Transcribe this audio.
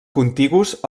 contigus